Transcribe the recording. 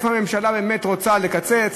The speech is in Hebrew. איפה הממשלה באמת רוצה לקצץ,